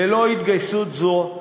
ללא התגייסות זו,